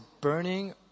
burning